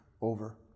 over